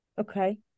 Okay